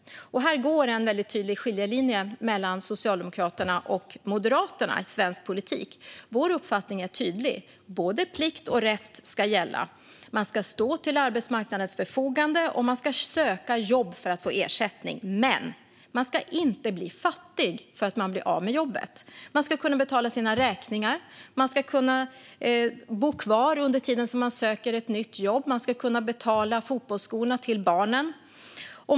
Här går en väldigt tydlig skiljelinje mellan Socialdemokraterna och Moderaterna i svensk politik. Vår uppfattning är tydlig. Både plikt och rätt ska gälla. Man ska stå till arbetsmarknadens förfogande, och man ska söka jobb för att få ersättning. Men man ska inte bli fattig för att man blir av med jobbet. Man ska kunna betala sina räkningar. Man ska kunna bo kvar under tiden som man söker ett nytt jobb. Man ska kunna betala fotbollsskorna till barnen.